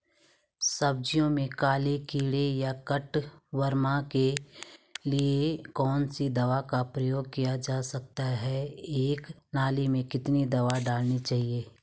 सब्जियों में काले कीड़े या कट वार्म के लिए कौन सी दवा का प्रयोग किया जा सकता है एक नाली में कितनी दवा डालनी है?